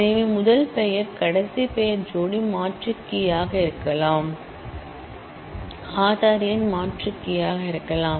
எனவே முதல் பெயர் கடைசி பெயர் ஜோடி ஆல்டெர்னட்கீ இருக்கலாம் ஆதார் எண் மாற்று கீயாக இருக்கலாம்